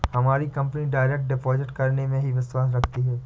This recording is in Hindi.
हमारी कंपनी डायरेक्ट डिपॉजिट करने में ही विश्वास रखती है